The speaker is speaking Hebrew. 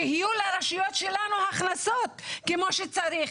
שיהיו לרשויות שלנו הכנסות כמו שצריך,